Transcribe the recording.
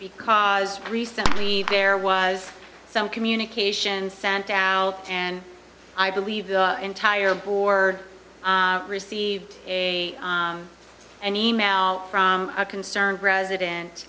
because recently there was some communication sent out and i believe the entire board received a an e mail from a concerned resident